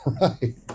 Right